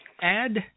add